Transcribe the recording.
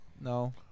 No